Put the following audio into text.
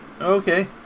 Okay